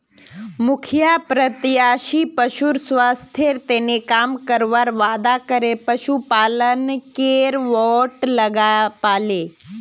मुखिया प्रत्याशी पशुर स्वास्थ्येर तने काम करवार वादा करे पशुपालकेर वोट पाले